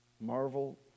Marvel